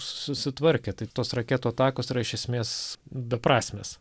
susitvarkė tai tos raketų atakos yra iš esmės beprasmės